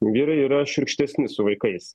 vyrai yra šiurkštesni su vaikais